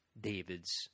David's